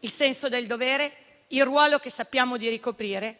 il senso del dovere e il ruolo che sappiamo di ricoprire,